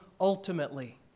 ultimately